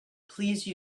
please